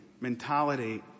mentality